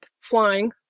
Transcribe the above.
flying